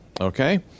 Okay